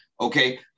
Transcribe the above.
okay